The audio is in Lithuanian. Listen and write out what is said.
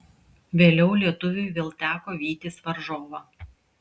vėliau lietuviui vėl teko vytis varžovą